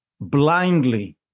blindly